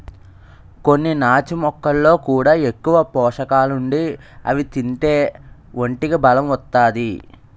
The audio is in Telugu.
కొన్ని నాచు మొక్కల్లో కూడా ఎక్కువ పోసకాలుండి అవి తింతే ఒంటికి బలం ఒత్తాది